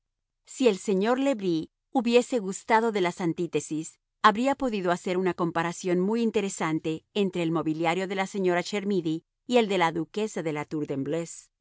si el señor le bris hubiese gustado de las antítesis habría podido hacer una comparación muy interesante entre el mobiliario de la señora chermidy y el de la duquesa de la tour